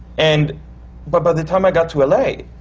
and but by the time i got to l a,